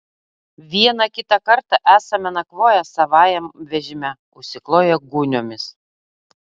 vieną kitą kartą esame nakvoję savajam vežime užsikloję gūniomis